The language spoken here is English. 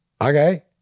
okay